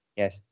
yes